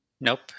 Nope